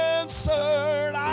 answered